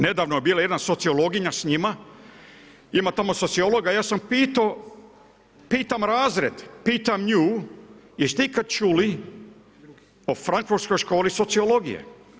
Nedavno je bila jedna sociologinja s njima, ima tamo sociologa, ja sam pitao, pitam razred, pitam nju jeste ikad čuli o frankfurtskoj školi sociologije?